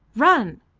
run!